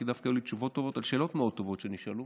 כי דווקא היו לי תשובות טובות על שאלות מאוד טובות שנשאלו.